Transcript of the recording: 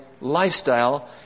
lifestyle